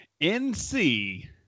NC